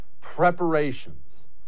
preparations